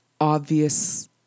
obvious